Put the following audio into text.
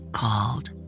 called